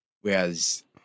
whereas